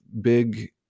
big